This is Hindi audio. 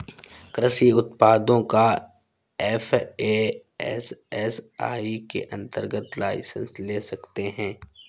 कृषि उत्पादों का एफ.ए.एस.एस.आई के अंतर्गत लाइसेंस ले सकते हैं